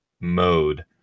mode